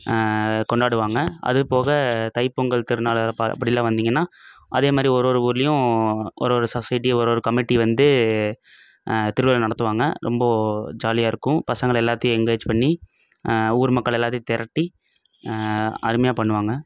கொண்டாடுவாங்க அதுபோக தைப்பொங்கல் திருநாள் அப்படிலாம் வந்திங்கனா அதேமாதிரி ஒருவொரு ஊர்லேயும் ஒருவொரு சொசைட்டி ஒருவொரு கமிட்டி வந்து திருவிழா நடத்துவாங்க ரொம்ப ஜாலியா இருக்கும் பசங்களை எல்லாத்தையும் எங்கேஜ் பண்ணி ஊர் மக்கள் எல்லாத்தையும் திரட்டி அருமையாக பண்ணுவாங்க